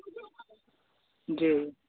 जी